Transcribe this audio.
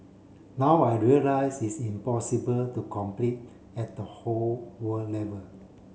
now I realise is impossible to complete at the whole world level